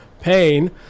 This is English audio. pain